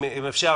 אם אפשר,